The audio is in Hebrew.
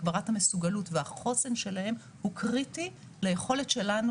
הגברת המסוגלות והחוסן שלהם הוא קריטי ליכולת שלנו